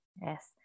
Yes